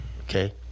Okay